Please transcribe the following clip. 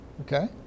Okay